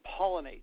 Pollinate